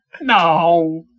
No